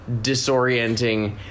disorienting